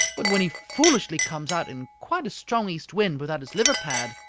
but when he foolishly comes out in quite a strong east wind without his liver-pad